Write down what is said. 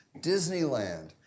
Disneyland